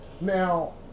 Now